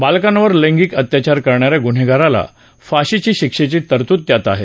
बालकांवर लैंगिक अत्याचार करणाऱ्या गुन्हेगाराला फाशीच्या शिक्षेची तरतूद त्यात आहे